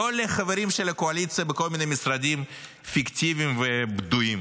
לא לחברים של הקואליציה בכל מיני משרדים פיקטיביים ובדויים.